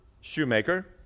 Shoemaker